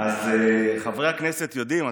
חברי הכנסת יודעים.